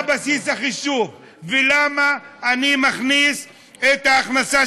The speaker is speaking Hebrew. מה בסיס החישוב ולמה אני מכניס את ההכנסה